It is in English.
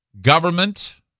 Government